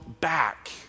back